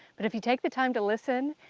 but if you take the time to listen.